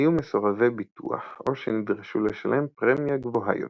היו מסורבי ביטוח או שנדרשו לשלם פרמיה גבוהה יותר.